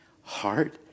heart